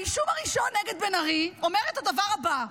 האישום הראשון נגד בן ארי אומר את הדבר הבא: